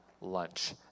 lunch